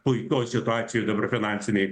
puikioj situacijoj dabar finansinėj